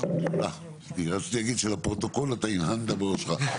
אני רק אגיד לפרוטוקול שאתה הנהנת בראשך.